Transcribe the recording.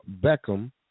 Beckham